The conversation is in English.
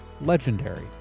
legendary